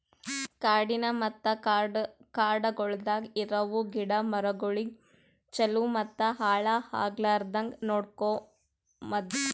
ಕಾಡಿನ ಮತ್ತ ಕಾಡಗೊಳ್ದಾಗ್ ಇರವು ಗಿಡ ಮರಗೊಳಿಗ್ ಛಲೋ ಮತ್ತ ಹಾಳ ಆಗ್ಲಾರ್ದಂಗ್ ನೋಡ್ಕೋಮದ್